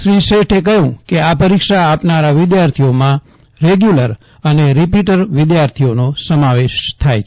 શ્રી શેઠે કહ્યું કે આ પરીક્ષા આપનારા વિદ્યાર્થીઓમાં રેગ્યુલર અને રીપીટર વિદ્યાર્થીઓનો સમાવેશ થાય છે